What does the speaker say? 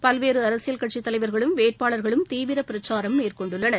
பல்வேறு அரசியல் கட்சித் தலைவர்களும் வேட்பாளர்களும் தீவிர பிரச்சாரம் மேற்கொண்டுள்ளனர்